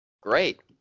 Great